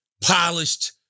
polished